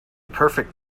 perfect